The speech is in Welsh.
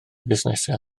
fusnesau